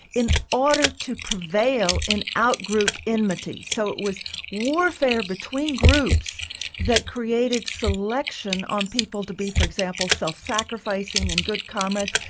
in order to prevail in out-group enmity. so it was warfare between groups that created selection on people to be for example self sacrificing and good comrades.